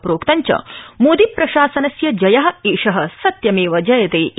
प्रोक्तञ्च मोदीप्रशासनस्य जय एष सत्यमेव जयते इति